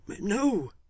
no